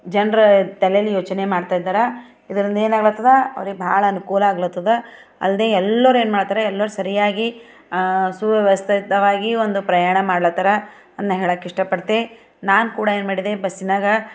ಜನ್ರು ತಲೇಲಿ ಯೋಚನೆ ಮಾಡ್ತಾಯಿದ್ದರು ಇದರಿಂದ ಏನಾಗ್ಲತ್ತದ ಅವ್ರಿಗೆ ಭಾಳ ಅನುಕೂಲ ಆಗ್ಲತ್ತದ ಅಲ್ಲದೆ ಎಲ್ಲರೂ ಏನು ಮಾಡ್ತಾರೆ ಎಲ್ಲರೂ ಸರಿಯಾಗಿ ಸುವ್ಯವಸ್ಥಿತವಾಗಿ ಒಂದು ಪ್ರಯಾಣ ಮಾಡ್ಲತ್ತರ ಅದನ್ನ ಹೇಳಕ್ಕೆ ಇಷ್ಟ ಪಡ್ತಿನಿ ನಾನು ಕೂಡ ಏನು ಮಾಡಿದೆ ಬಸ್ಸಿನಾಗ